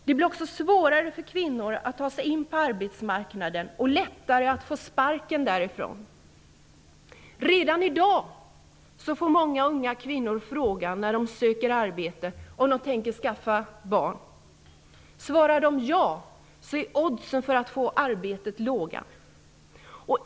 Det blir också svårare för kvinnor att ta sig in på arbetsmarknaden och lättare att få sparken därifrån. Redan i dag får många unga kvinnor när de söker arbete frågan om de tänker skaffa barn. Om de svarar ja är oddsen för att få arbetet låga.